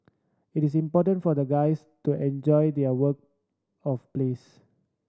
it is important for the guys to enjoy their work of place